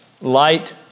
light